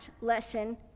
lesson